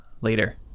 later